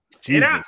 Jesus